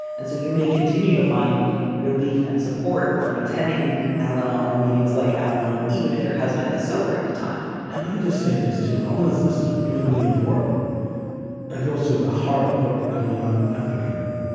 and so you may continue to find relief and support from attending al-anon or meetings like al-anon, even if your husband is sober at the time and let me just say this, too. i want to say this is really, really important. that goes to the heart of what you're going on after here,